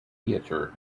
theater